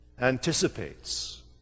anticipates